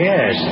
Yes